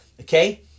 Okay